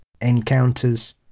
encounters